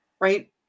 right